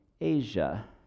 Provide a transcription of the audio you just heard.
Asia